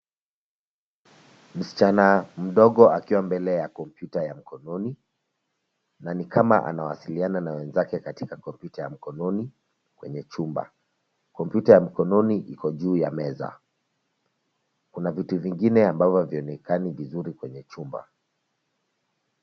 Msichana mdogo akiwa mbele ya kompyuta ya mkononi na ni kama anawasiliana na wenzake katika kompyuta ya mkononi kwenye chumba. Kompyuta ya mkononi iko juu ya meza, kuna vitu vingine ambavyo havionekani vizuri kwenye chumba.